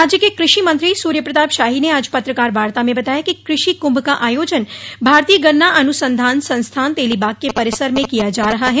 राज्य के कृषि मंत्री सूर्य प्रताप शाही ने आज पत्रकार वार्ता में बताया कि कृषि कुंभ का आयोजन भारतीय गन्ना अनुसंधान संस्थान तेलीबाग के परिसर में किया जा रहा है